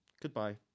Goodbye